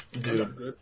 Dude